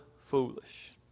foolish